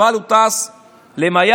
אבל הוא טס למיאמי,